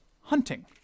hunting